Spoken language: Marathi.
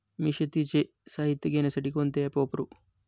मी शेतीचे साहित्य घेण्यासाठी कोणते ॲप वापरु?